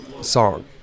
song